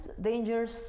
Dangers